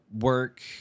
work